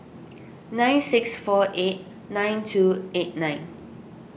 nine six four eight nine two eight nine